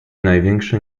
największe